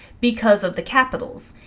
because of the capitals.